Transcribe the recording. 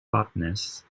botanists